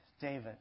David